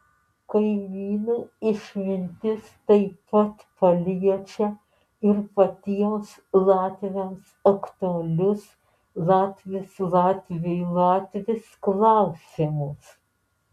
kaimynų išmintis taip pat paliečia ir patiems latviams aktualius latvis latviui latvis klausimus